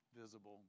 visible